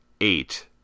eight